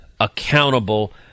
accountable